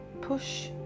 push